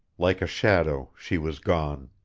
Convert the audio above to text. like a shadow she was gone.